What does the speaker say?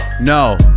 No